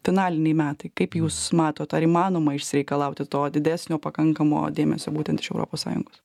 finaliniai metai kaip jūs matot ar įmanoma išsireikalauti to didesnio pakankamo dėmesio būtent iš europos sąjungos